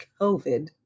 COVID